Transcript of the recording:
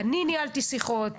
אני ניהלתי שיחות,